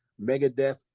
Megadeth